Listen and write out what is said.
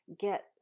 get